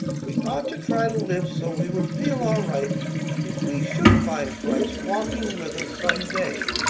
we ought to try to live so we would feel all right if we should find christ walking with us some day.